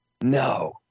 No